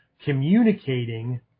communicating